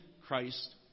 Christ